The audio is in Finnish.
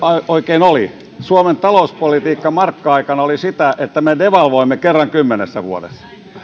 oikein oli suomen talouspolitiikka markka aikana oli sitä että me devalvoimme kerran kymmenessä vuodessa